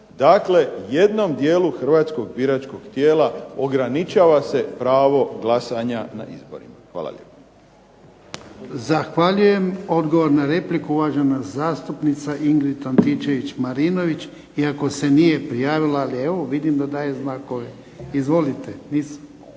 Dakle, jednom dijelu Hrvatskog biračkog tijela ograničava se pravo glasanja na izborima. Zahvaljujem.